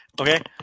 okay